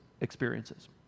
experiences